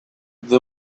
they